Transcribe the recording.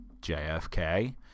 JFK